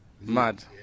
Mad